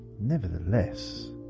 nevertheless